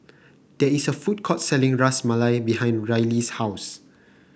there is a food court selling Ras Malai behind Rylee's house